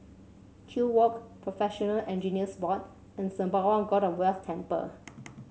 Kew Walk Professional Engineers Board and Sembawang God of Wealth Temple